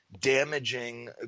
damaging